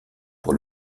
pour